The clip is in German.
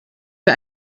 wir